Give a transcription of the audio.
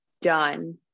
done